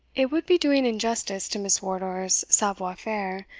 it would be doing injustice to miss wardour's savoir faire,